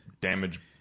damage